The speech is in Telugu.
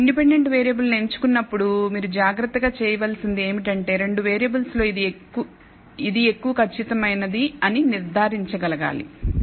మీరు ఇండిపెండెంట్ వేరియబుల్ను ఎంచుకున్నప్పుడు మీరు జాగ్రత్తగా చేయవలసినది ఏమిటంటే 2 వేరియబుల్స్ లో ఇది ఎక్కువ ఖచ్చితమైనది అన్ని నిర్ధారించ గలగాలి